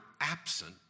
absent